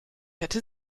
hätte